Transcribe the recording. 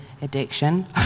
addiction